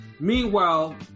Meanwhile